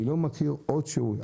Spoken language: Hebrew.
אני לא מכיר עוד שירותים כאלה.